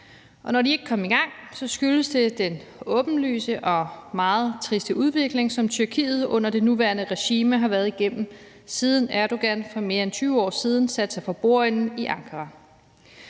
Når de ikke kom i gang, skyldes det den åbenlyse og meget triste udvikling, som Tyrkiet under det nuværende regime har været igennem, siden Erdogan for mere end 20 år siden satte sig for bordenden i Ankara.